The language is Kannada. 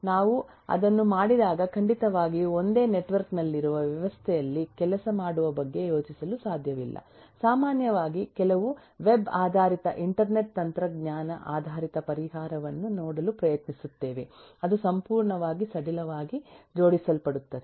ನಾವು ಅದನ್ನು ಮಾಡಿದಾಗ ಖಂಡಿತವಾಗಿಯೂ ಒಂದೇ ನೆಟ್ವರ್ಕ್ ನಲ್ಲಿರುವ ವ್ಯವಸ್ಥೆಯಲ್ಲಿ ಕೆಲಸ ಮಾಡುವ ಬಗ್ಗೆ ಯೋಚಿಸಲು ಸಾಧ್ಯವಿಲ್ಲ ಸಾಮಾನ್ಯವಾಗಿ ಕೆಲವು ವೆಬ್ ಆಧಾರಿತ ಇಂಟರ್ನೆಟ್ ತಂತ್ರಜ್ಞಾನ ಆಧಾರಿತ ಪರಿಹಾರವನ್ನು ನೋಡಲು ಪ್ರಯತ್ನಿಸುತ್ತೇವೆ ಅದು ಸಂಪೂರ್ಣವಾಗಿ ಸಡಿಲವಾಗಿ ಜೋಡಿಸಲ್ಪಡುತ್ತದೆ